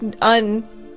un